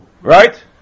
Right